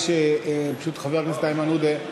פשוט חבר הכנסת איימן עודה,